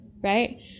Right